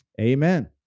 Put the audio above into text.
Amen